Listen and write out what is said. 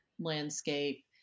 landscape